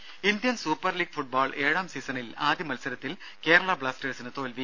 ദേദ Indian super league football ഏഴാം സീസണിൽ ആദ്യ മത്സരത്തിൽ കേരള ബ്ലാസ്റ്റേഴ്സിന് തോൽവി